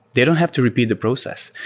they don't have to repeat the process.